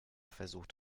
versucht